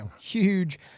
huge